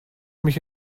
mich